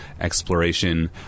exploration